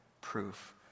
proof